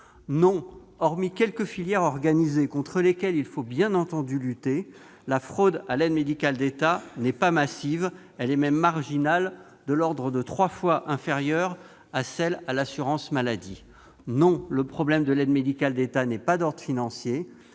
Non, hormis quelques filières organisées contre lesquelles il faut bien entendu lutter, la fraude à l'aide médicale de l'État n'est pas massive. Elle est même marginale, trois fois inférieure, en ordre de grandeur, à la fraude à l'assurance maladie. Non, le problème de l'aide médicale de l'État n'est pas d'ordre financier.